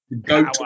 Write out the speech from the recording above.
GOAT